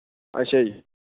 ਅੱਛਾ ਜੀ